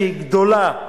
שהיא גדולה,